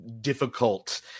difficult